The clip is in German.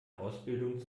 ausbildung